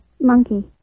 Monkey